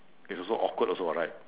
it's also awkward also what right